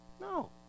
No